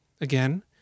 again